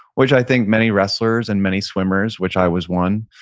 which i think many wrestlers and many swimmers, which i was one,